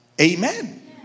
Amen